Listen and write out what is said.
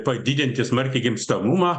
padidinti smarkiai gimstamumą